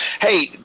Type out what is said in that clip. Hey